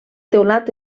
teulat